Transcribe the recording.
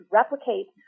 replicate